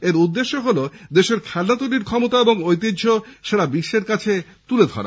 এর উদ্দেশ্য দেশের খেলনা তৈরীর ক্ষমতা ও ঐতিহ্য সারা বিশ্বের কাছে তুলে ধরা